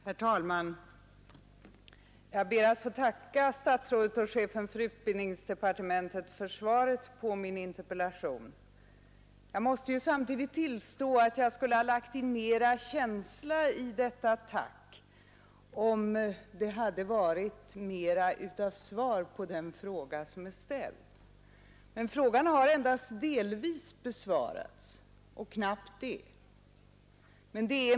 Herr talman! Jag ber att få tacka herr utbildningsministern för svaret på min interpellation. Samtidigt måste jag emellertid tillstå, att jag skulle ha lagt in mera känsla i mitt tack, om det hade varit mera av svar på den fråga som jag ställt. Min fråga har nämligen endast delvis besvarats — och knappt det.